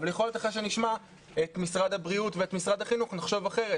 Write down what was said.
אבל יכול להיות אחרי שנשמע את משרד הבריאות ואת משרד החינוך נחשוב אחרת,